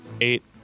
eight